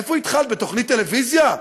איפה התחלת, בתוכנית טלוויזיה?